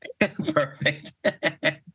Perfect